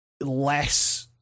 less